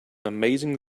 amazing